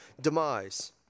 demise